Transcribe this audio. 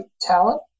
talent